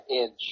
inch